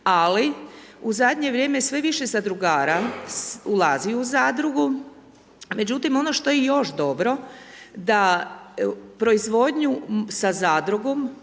Ali u zadnje vrijeme sve više zadrugara ulazi u zadrugu, međutim ono što je i još dobro da proizvodnju sa zadrugom